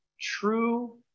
true